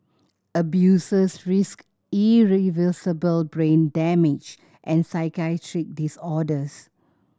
abusers risked irreversible brain damage and psychiatric disorders